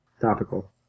Topical